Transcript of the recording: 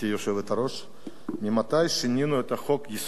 מתי שינינו את חוק-היסוד במדינת ישראל?